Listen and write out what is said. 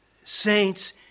saints